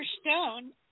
Stone